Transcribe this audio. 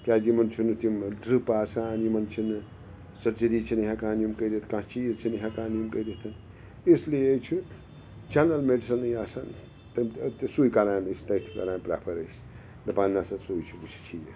کیٛازِ یِمَن چھُنہٕ تِم ڈرٛپ آسان یِمَن چھِنہٕ سٔرجٕری چھِنہٕ ہٮ۪کان یِم کٔرِتھ کانٛہہ چیٖز چھِنہٕ ہٮ۪کان یِم کٔرِتھ اِسلیے چھُ جَنرَل میڈِسَنٕے آسان تمہِ سُے کران أسۍ تٔتھۍ کَران پرٛٮ۪فَر أسۍ دَپان نَسا سُے چھُ بہٕ ٹھیٖک